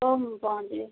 ହଉ ମୁଁ ପହଁଞ୍ଚିଯିବି